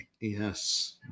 Yes